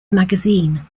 magazine